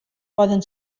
poden